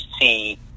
see